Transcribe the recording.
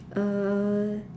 uh